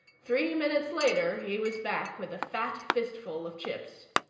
three minutes later, he was back with a fat fistful of chips.